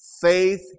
faith